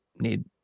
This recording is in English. need